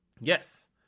Yes